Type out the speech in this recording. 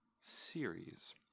series